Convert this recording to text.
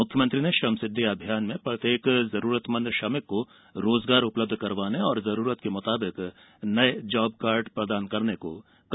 मुख्यमंत्री ने श्रमसिद्धि अभियान में प्रत्येक जरूरतमंद श्रमिक को रोजगार उपलब्ध करवाने और जरूरत के मुताबिक नये जॉबकार्ड प्रदान करने को कहा